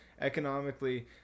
economically